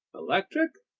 electric?